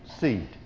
seed